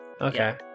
Okay